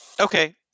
Okay